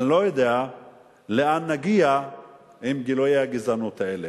אני לא יודע לאן נגיע עם גילויי הגזענות האלה.